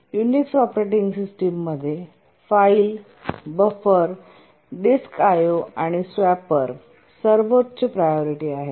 Unix operating system मध्ये file buffer disk I O आणि swapper सर्वोच्च प्रायोरिटी आहेत